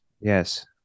Yes